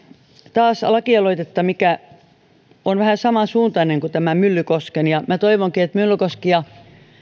taas lakialoitetta mikä on vähän samansuuntainen kuin tämä myllykosken ja minä toivonkin että myllykoski ja